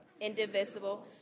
indivisible